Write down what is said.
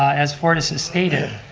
as fortis has stated,